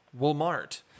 Walmart